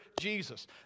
Jesus